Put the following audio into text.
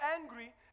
angry